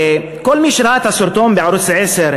כל מי שראה את הסרטון בערוץ 10,